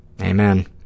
Amen